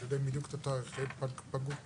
הם יודעים בדיוק את תאריכי פגות תוקף.